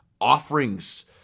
offerings